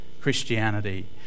Christianity